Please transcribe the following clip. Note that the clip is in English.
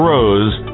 Rose